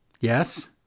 yes